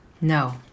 No